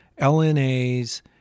LNAs